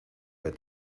que